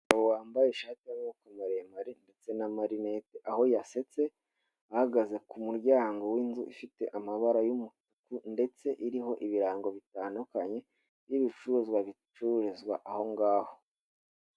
Umugabo wambaye ishati y'amaboko maremare ndetse n'amarinete aho yasetse ahagaze ku muryango w'inzu ifite amabara y'umutuku ndetse iriho ibirango bitandukanye n'ibicuruzwa bicururizwa ahongaho.